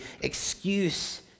excuse